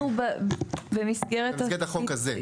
במסגרת החוק הזה.